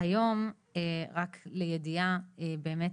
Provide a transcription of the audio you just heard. היום רק לידיעה באמת,